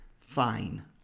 fine